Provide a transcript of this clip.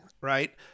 right